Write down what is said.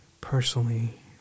personally